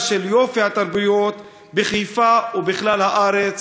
של יופי התרבויות בחיפה ובכלל הארץ.